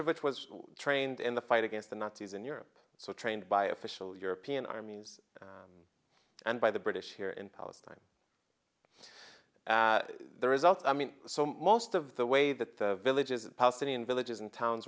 which was trained in the fight against the nazis in europe so trained by official european armies and by the british here in palestine there is also i mean so most of the way that the villages the palestinian villages and towns